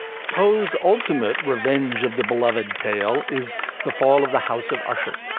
poe's ultimate revenge of the beloved tale is the fall of the house of usher